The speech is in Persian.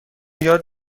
یاد